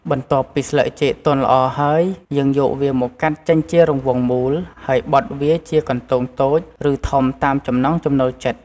បន្ទាប់ពីស្លឹកចេកទន់ល្អហើយ យើងយកវាមកកាត់ចេញជារង្វង់មូល ហើយបត់វាជាកន្ទោងតូច ឬធំតាមចំណង់ចំណូលចិត្ត។